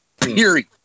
period